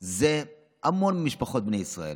זה המון משפחות בישראל,